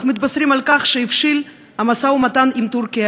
מתבשרים על כך שהבשיל המשא-ומתן עם טורקיה,